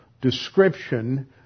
description